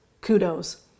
kudos